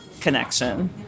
connection